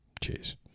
Cheers